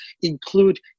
include